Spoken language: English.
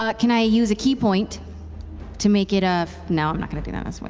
ah can i use a ki point to make it ah no, i'm not going to do that, that's